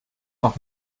noch